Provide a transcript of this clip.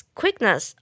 quickness